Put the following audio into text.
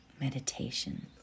meditation